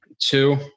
Two